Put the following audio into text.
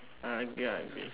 I agree I agree